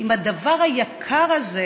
עם הדבר היקר הזה,